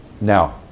Now